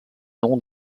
nom